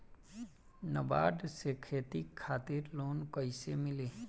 नाबार्ड से खेती खातिर लोन कइसे मिली?